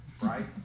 right